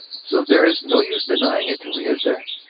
so there is no use denying it to me, is there?